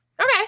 Okay